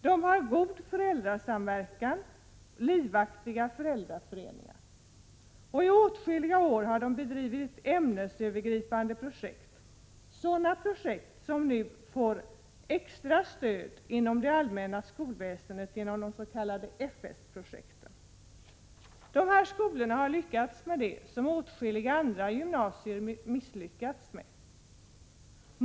De har god föräldrasamverkan, livaktiga föräldraföreningar och under åtskilliga år har de bedrivit ämnesövergripande projekt, sådana som nu får extra stöd inom det allmänna skolväsendet genom de s.k. FS-projekten. Dessa skolor har lyckats med det som åtskilliga andra gymnasier misslyckats med.